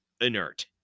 inert